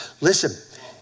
Listen